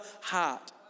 heart